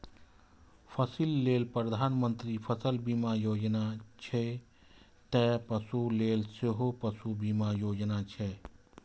फसिल लेल प्रधानमंत्री फसल बीमा योजना छै, ते पशु लेल सेहो पशु बीमा योजना छै